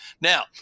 Now